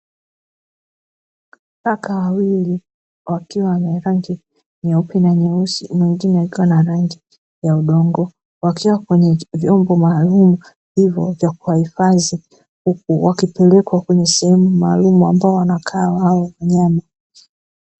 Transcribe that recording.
Paka wawili wakiwa wana rangi nyeupe na nyeusi, mwingine akiwa na rangi ya udongo, wakiwa kwenye vyombo maalumu vya kuwahifadhi, huku wakipelekwa kwenye sehemu maalumu ambayo wanakaa hao wanyama.